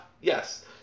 yes